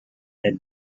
that